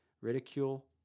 ridicule